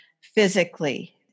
physically